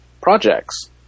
projects